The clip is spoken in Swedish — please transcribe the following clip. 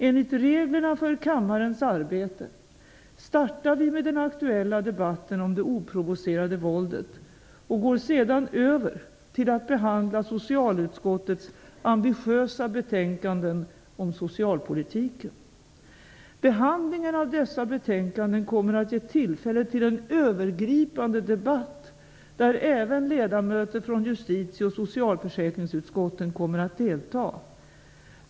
Enligt reglerna för kammarens arbete startar vi med den aktuella debatten om det oprovocerade våldet och går sedan över till att behandla socialutskottets ambitiösa betänkanden om socialpolitiken. Behandlingen av dessa betänkanden kommer att ge tillfälle till en övergripande debatt där även ledamöter från justitie och socialförsäkringsutskotten kommer att delta.